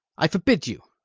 i forbid you!